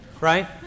Right